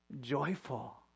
joyful